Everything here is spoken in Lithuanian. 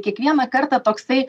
kiekvieną kartą toksai